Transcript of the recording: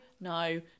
no